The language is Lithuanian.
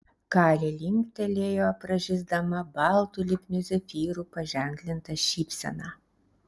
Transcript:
kali linktelėjo pražysdama baltu lipniu zefyru paženklinta šypsena